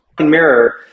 mirror